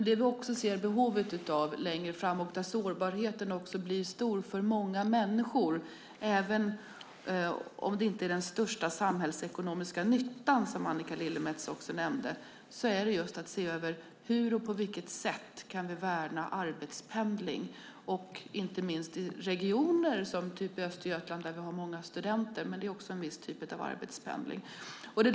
Det vi ser behovet av längre fram - och där sårbarheten blir stor för många människor även om det inte är den största samhällsekonomiska nyttan, som Annika Lillemets också nämnde - är att se över hur och på vilket sätt vi kan värna arbetspendling. Inte minst gäller det i regioner som Östergötland där vi har många studenter, vilket också medför en typ av arbetspendling.